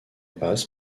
passe